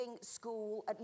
school